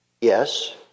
Yes